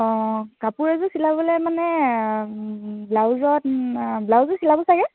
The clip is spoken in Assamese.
অঁ কাপোৰ এযোৰ চিলাবলৈ মানে ব্লাউজত ব্লাউজো চিলাব চাগে